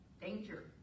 Danger